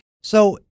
So-